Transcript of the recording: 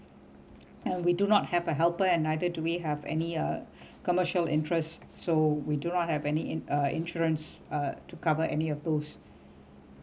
and we do not have a helper and neither do we have any uh commercial interest so we do not have any in uh insurance uh to cover any of those